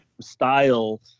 Style